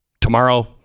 Tomorrow